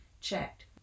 checked